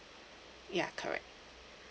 ya correct